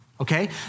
Okay